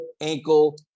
ankle